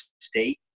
State